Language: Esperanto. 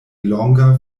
longa